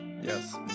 Yes